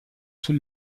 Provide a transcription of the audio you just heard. sul